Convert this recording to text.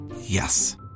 Yes